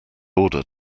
order